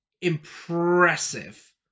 impressive